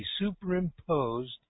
superimposed